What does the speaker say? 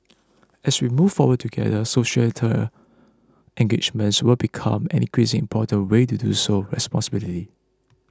as we move forward together societal engagement will become an increasingly important way to do so responsibly